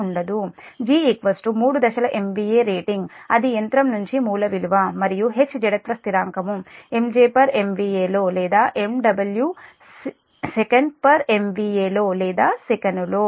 G మూడు దశల MVA rating అది యంత్రం నుంచి మూల విలువ మరియు H జడత్వ స్థిరాంకం MJ MVAలో లేదా MW Sec MVA లో లేదా సెకనులో